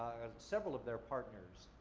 or several of their partners,